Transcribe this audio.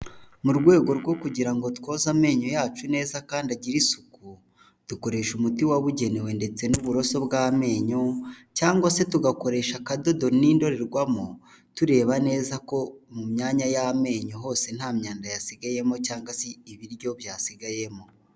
Mu rwego rwo kugira ngo twoze amenyo yacu neza kandi agire isuku dukoresha umuti wabugenewe ndetse n'uburoso bw'amenyo cyangwa se tugakoresha akadodo n'indorerwamo tureba neza ko mu myanya y'amenyo hose nta myanda yasigayemo cyangwa se ibiryo byasigayemo.